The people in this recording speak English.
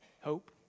hope